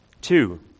Two